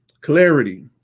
Clarity